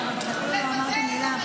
הגשתי הצעה, לגבי עבירת החזקת סם,